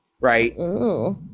right